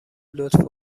لطف